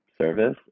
service